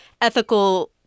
ethical